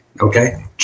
Okay